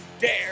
dare